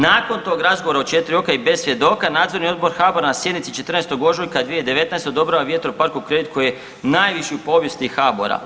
Nakon tog razgovora u 4 oka i bez svjedoka, nadzorni odbor HABOR-a na sjednici 14. ožujka 2019. odobrava vjetroparku kredit koji je najviši u povijesti HABOR-a.